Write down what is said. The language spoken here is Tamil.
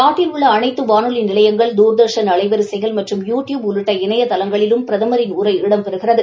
நாட்டில் உள்ள அனைத்து வானொலி நிலையங்கள் தூர்தர்ஷன் அலைவரிசைகள் மற்றம் யூ டியூப் உள்ளிட்ட இணையதளங்களிலும் பிரதமரின் உரை இடம் பெறுகிறது